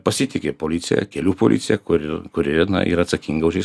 pasitiki policija kelių policija kur kuri na yra atsakinga už eis